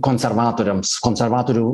konservatoriams konservatorių